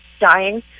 dying